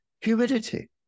humidity